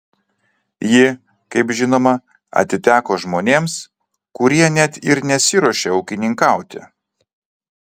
ji kaip žinoma atiteko žmonėms kurie net ir nesiruošia ūkininkauti